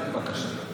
בבקשה.